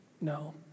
No